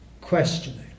questioning